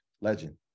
Legend